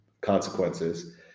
consequences